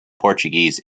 portuguese